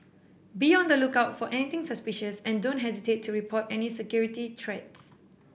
be on the lookout for anything suspicious and don't hesitate to report any security threats